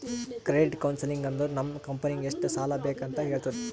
credit counselling ಅಂದುರ್ ನಮ್ ಕಂಪನಿಗ್ ಎಷ್ಟ ಸಾಲಾ ಬೇಕ್ ಅಂತ್ ಹೇಳ್ತುದ